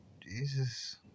Jesus